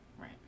Right